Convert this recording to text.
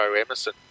Emerson